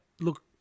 look